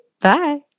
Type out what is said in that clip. bye